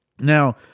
Now